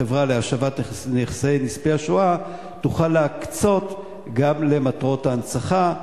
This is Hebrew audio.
החברה להשבת נכסי נספי השואה תוכל להקצות גם למטרות ההנצחה,